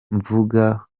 mvuga